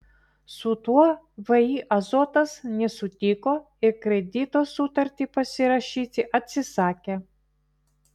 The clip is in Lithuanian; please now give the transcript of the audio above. su tuo vį azotas nesutiko ir kredito sutartį pasirašyti atsisakė